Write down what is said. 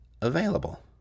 available